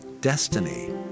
destiny